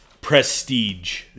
prestige